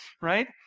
Right